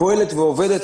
פועלת ועובדת.